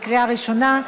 בקריאה ראשונה,